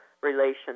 relations